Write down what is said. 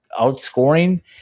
outscoring